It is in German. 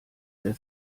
der